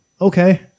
okay